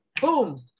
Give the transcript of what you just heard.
Boom